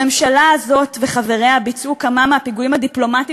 הממשלה הזאת וחבריה ביצעו כמה מהפיגועים הדיפלומטיים